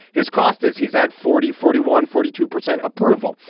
his cost is he's at forty, forty one, forty two percent approval.